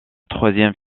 troisième